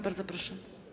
Bardzo proszę.